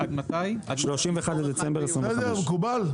מקובל?